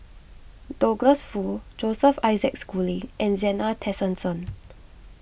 Douglas Foo Joseph Isaac Schooling and Zena Tessensohn